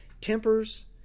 tempers